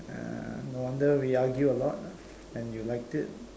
uh no wonder we argue a lot and you liked it